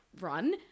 run